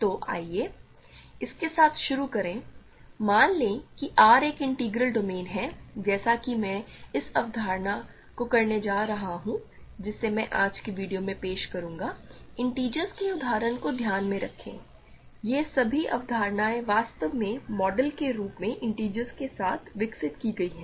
तो आइए इसके साथ शुरू करें मान लें कि R एक इंटीग्रल डोमेन है जैसा कि मैं इस अवधारणा को करने जा रहा हूं जिसे मैं आज के वीडियो में पेश करूंगा इंटिजर्स के उदाहरण को ध्यान में रखें ये सभी अवधारणाएं वास्तव में मॉडल के रूप में इंटिजर्स के साथ विकसित की गई हैं